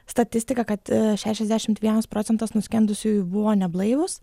statistiką kad šešiasdešimt vienas procentas nuskendusiųjų buvo neblaivūs